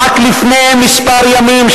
רק לפני מספר ימים,